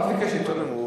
הוא רק ביקש יותר נמוך.